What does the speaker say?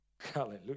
Hallelujah